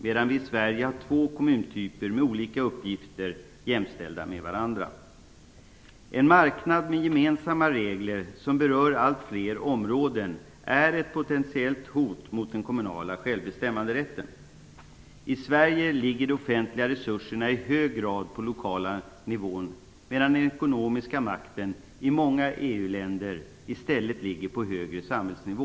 Vi i Sverige däremot har två kommuntyper med olika uppgifter jämställda med varandra. En marknad med gemensamma regler som berör allt fler områden är ett potentiellt hot mot den kommunala självbestämmanderätten. I Sverige ligger de offentliga resurserna i hög grad på lokal nivå, medan den ekonomiska makten i många EU-länder i stället ligger på "högre" samhällsnivå.